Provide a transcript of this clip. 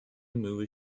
movie